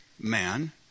man